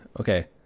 okay